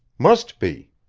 must be.